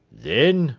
then,